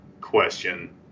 question